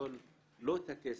לא את הכסף,